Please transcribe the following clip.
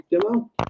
demo